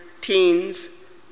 teens